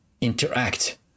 interact